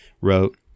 wrote